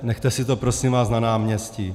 Nechte si to prosím vás na náměstí.